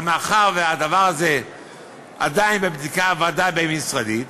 אבל מאחר שהדבר הזה עדיין בבדיקה בוועדה הבין-משרדית,